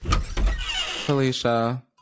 Felicia